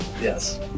yes